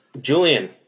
Julian